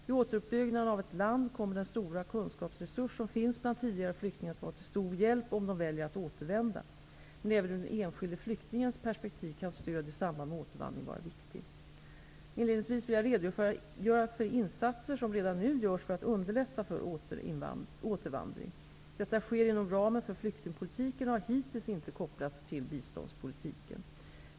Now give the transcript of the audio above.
Vid återuppbyggnaden av ett land kommer den stora kunskapsresurs som finns bland tidigare flyktingar att vara till stor hjälp om de väljer att återvända. Men även ur den enskilde flyktingens perspektiv kan stöd i samband med återvandring vara viktig. Inledningsvis vill jag redogöra för insatser som redan nu görs för att underlätta för återvandring. Detta sker inom ramen för flyktingpolitiken och har hittills inte kopplats till biståndspolitiken.